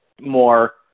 more